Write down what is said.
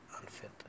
unfit